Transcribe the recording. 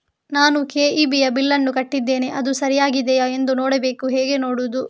ನಾನು ಕೆ.ಇ.ಬಿ ಯ ಬಿಲ್ಲನ್ನು ಕಟ್ಟಿದ್ದೇನೆ, ಅದು ಸರಿಯಾಗಿದೆಯಾ ಎಂದು ನೋಡಬೇಕು ಹೇಗೆ ನೋಡುವುದು?